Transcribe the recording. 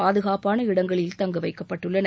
பாதுகாப்பான இடங்களில் தங்க வைக்கப்பட்டுள்ளனர்